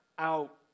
out